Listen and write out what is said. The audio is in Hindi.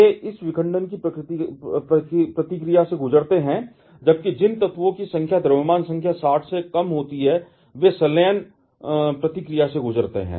वे इस विखंडन की प्रतिक्रिया से गुजरते हैं जबकि जिन तत्वों की संख्या द्रव्यमान संख्या 60 से कम होती है वे संलयन प्रतिक्रिया से गुजरते हैं